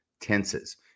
tenses